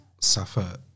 suffer